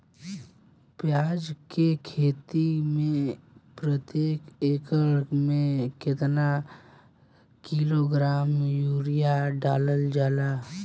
प्याज के खेती में प्रतेक एकड़ में केतना किलोग्राम यूरिया डालल जाला?